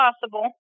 possible